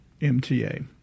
MTA